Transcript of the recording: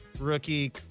rookie